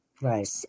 Right